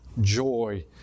joy